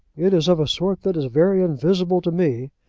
it is of a sort that is very invisible to me.